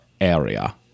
area